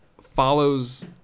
follows